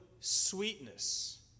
sweetness